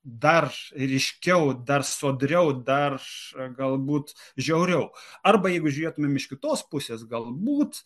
dar ryškiau dar sodriau dar galbūt žiauriau arba jeigu žiūrėtumėm iš kitos pusės galbūt